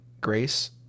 grace